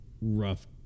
rough